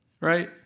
Right